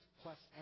plus